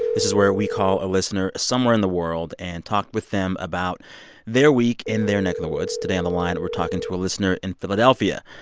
this is where we call a listener somewhere in the world and talk with them about their week in their neck of the woods. today on the line, we're talking to a listener in philadelphia.